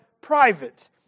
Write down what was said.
private